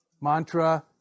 mantra